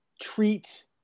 treat